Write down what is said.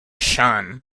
shan